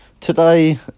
Today